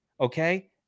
Okay